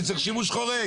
אני צריך שימוש חורג?